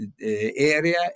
area